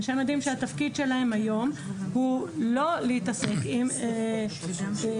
אנשי מדים שהתפקיד שלהם היום הוא לא להתעסק עם אזרחים.